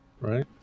Right